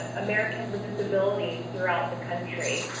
americans with disabilities throughout the country.